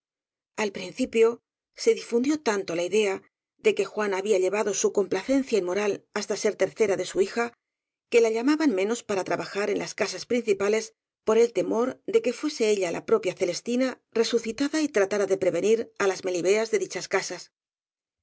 positivo ai principio se difundió tanto la idea de que juana había llevado su complacencia inmoral hasta ser tercera de su hija que la llamaban menos para trabajar en las casas principales por el temor de que fuese ella la propia celestina resucitada y tra tara de pervertir á las melibeas de dichas casas